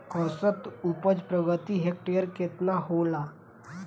औसत उपज प्रति हेक्टेयर केतना होला?